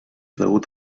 degut